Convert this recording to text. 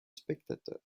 spectateurs